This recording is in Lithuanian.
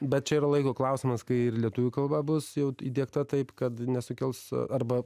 bet čia yra laiko klausimas kai ir lietuvių kalba bus jau įdiegta taip kad nesukels arba